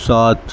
سات